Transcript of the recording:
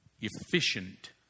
efficient